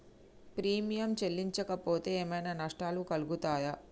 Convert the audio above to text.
Premium చెల్లించకపోతే ఏమైనా నష్టాలు కలుగుతయా?